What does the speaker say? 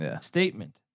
statement